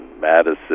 madison